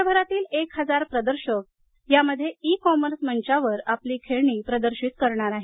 देशभरातील एक हजार प्रदर्शक यामध्ये ई कॉमर्स मंचावर आपली खेळणी प्रदर्शित करणार आहेत